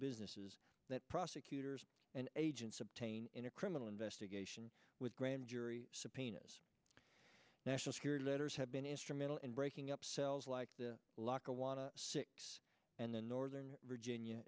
businesses that prosecutors and agents obtain in a criminal investigation with grand jury subpoenas national security letters have been instrumental in breaking up cells like the local want to six and the northern virginia